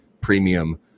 premium